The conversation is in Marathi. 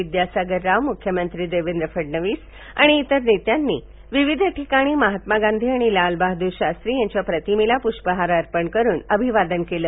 विद्यासागर राव मुख्यमंत्री देवेंद्र फडणवीस आणि इतर नेत्यांनी विविध ठिकाणी महात्मा गांधी आणि लाल बहादूर शास्त्री यांच्या प्रतिमेला पुष्पहार अर्पण करुन अभिवाद केलं